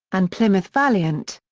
and plymouth valiant.